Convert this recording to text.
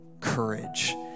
courage